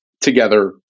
together